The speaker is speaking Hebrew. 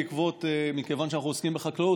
מכיוון שאנחנו עוסקים בחקלאות,